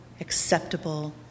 acceptable